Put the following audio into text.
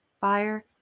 fire